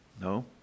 No